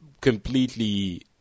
completely